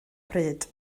pryd